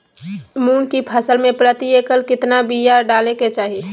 मूंग की फसल में प्रति एकड़ कितना बिया डाले के चाही?